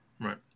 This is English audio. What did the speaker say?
Right